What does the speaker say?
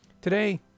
Today